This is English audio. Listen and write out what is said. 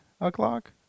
o'clock